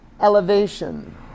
elevation